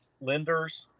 lenders